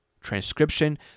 transcription